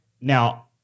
Now